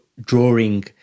drawing